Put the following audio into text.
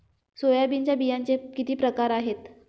सोयाबीनच्या बियांचे किती प्रकार आहेत?